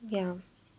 ya